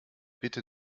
bitte